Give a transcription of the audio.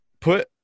put